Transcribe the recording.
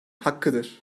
hakkıdır